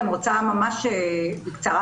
ממש בקצרה,